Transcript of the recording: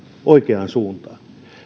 oikeaan suuntaan